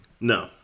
no